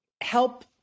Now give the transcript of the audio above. help